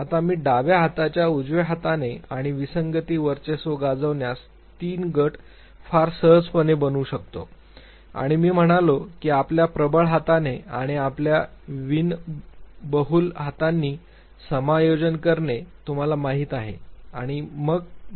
आता मी डाव्या हाताच्या उजव्या हाताने आणि विसंगती वर्चस्व गाजविण्यास तीन गट फार सहजपणे बनवू शकतो आणि मग मी म्हणालो की आपल्या प्रबळ हाताने आणि आपल्या बिनबहुल हातांनी समायोजन करणे तुम्हाला माहित आहे आणि मग मी आता तीन गटांची तुलना करतो